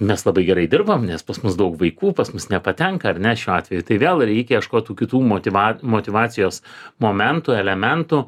mes labai gerai dirbam nes pas mus daug vaikų pas mus nepatenka ar ne šiuo atveju tai vėl reikia ieškoti kitų motyva motyvacijos momentų elementų